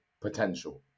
potential